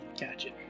Gotcha